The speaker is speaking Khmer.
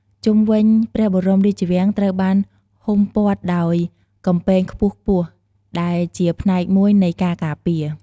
ជុំវិញព្រះបរមរាជវាំង ត្រូវបានហ៊ុមព័ទ្ធដោយ កំពែងខ្ពស់ៗ ដែលជាផ្នែកមួយនៃការការពារ។